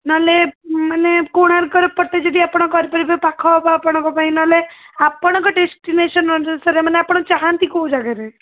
ନହେଲେ ମାନେ କୋଣାର୍କର ପଟେ ଯଦି ଆପଣ କରିପାରିବେ ପାଖ ହବ ଆପଣଙ୍କ ପାଇଁ ନହେଲେ ଆପଣଙ୍କ ଡେଷ୍ଟିନେସନ୍ ଅନୁସାରେ ମାନେ ଆପଣ ଚାହାଁନ୍ତି କେଉଁ ଜାଗାରେ